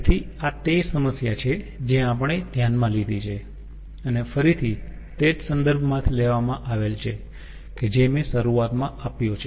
તેથી આ તે સમસ્યા છે જે આપણે ધ્યાનમાં લીધી છે અને ફરીથી તે જ સંદર્ભ માંથી લેવામાં આવેલ છે કે જે મેં શરૂઆતમાં આપ્યો છે